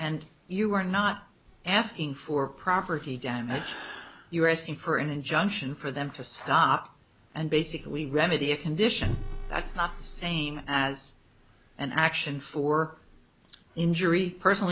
and you are not asking for property damage you are asking for an injunction for them to stop and basically remedy a condition that's not the same as an action for injury personal